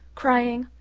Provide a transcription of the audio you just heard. crying,